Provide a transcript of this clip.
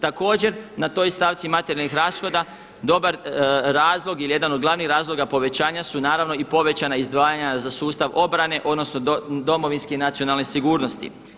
Također na toj stavci materijalnih rashoda dobar razlog ili jedan od glavnih razloga povećanja su naravno i povećana izdvajanja za sustav obrane odnosno domovinske i nacionalne sigurnosti.